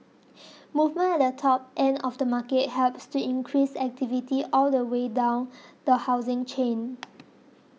movement at the top end of the market helps to increase activity all the way down the housing chain